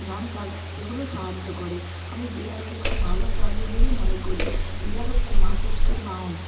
ধান চাল সেগুলো সাহায্য করে আমি বিড়ালকে খুব ভালো প্রাণী বলে মনে করি বিড়াল হচ্ছে মা ষষ্ঠীর বাহন